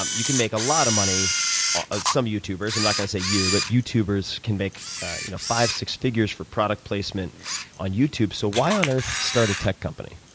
um you can make a lot of money ah some youtubers i'm not going to say you, but youtubers can make you know five, six figures for product placement on youtube. so why on earth start a tech company?